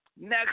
next